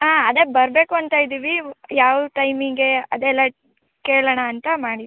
ಹಾಂ ಅದೇ ಬರಬೇಕು ಅಂತ ಇದ್ದೀವಿ ಯಾವ ಟೈಮಿಗೆ ಅದೆಲ್ಲ ಕೇಳೋಣ ಅಂತ ಮಾಡಿದ್ದು